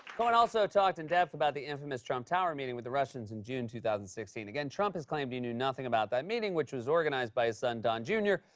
cohen also talked in depth about the infamous trump tower meeting with the russians in june two thousand and sixteen. again, trump has claimed he knew nothing about that meeting, which was organized by his son don jr.